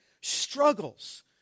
struggles